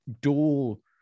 dual